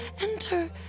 enter